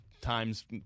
times